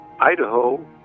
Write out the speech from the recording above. Idaho